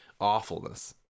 awfulness